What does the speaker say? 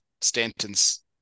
stanton's